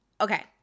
okay